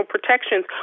protections